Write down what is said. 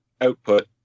output